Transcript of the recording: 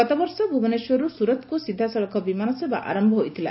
ଗତବର୍ଷ ଭୁବନେଶ୍ୱରରୁ ସୁରତକୁ ସିଧାସଳଖ ବିମାନ ସେବା ଆର ହୋଇଥିଲା